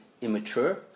immature